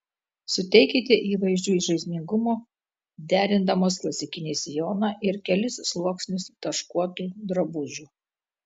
suteikite įvaizdžiui žaismingumo derindamos klasikinį sijoną ir kelis sluoksnius taškuotų drabužių